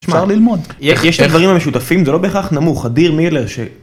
אפשר ללמוד.יש דברים משותפים זה לא בהכרח נמוך אדיר מילר